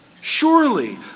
Surely